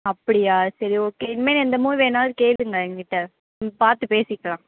அப்படியா சரி ஓகே இனிமேல் எந்த மூவி வேணாலும் கேளுங்க எங்ககிட்ட பார்த்து பேசிக்கலாம்